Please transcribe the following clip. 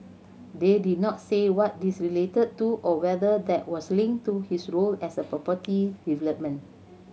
they did not say what these related to or whether that was linked to his role as a property development